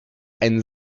ein